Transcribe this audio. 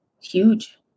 huge